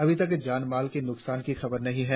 अभी जान माल के नुकसान की खबर नहीं हैं